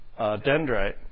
dendrite